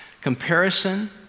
Comparison